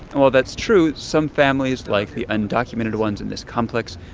while that's true, some families, like the undocumented ones in this complex,